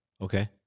Okay